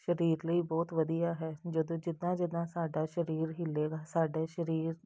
ਸਰੀਰ ਲਈ ਬਹੁਤ ਵਧੀਆ ਹੈ ਜਦੋਂ ਜਿੱਦਾਂ ਜਿੱਦਾਂ ਸਾਡਾ ਸਰੀਰ ਹਿੱਲੇਗਾ ਸਾਡੇ ਸਰੀਰ